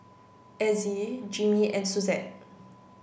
Azzie Jimmy and Suzette